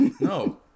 No